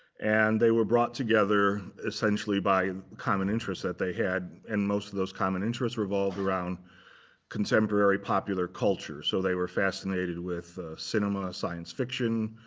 and they were brought together, essentially, by and common interests that they had. and most of those common interests revolved around contemporary popular culture, so they were fascinated with cinema, science fiction,